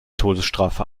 todesstrafe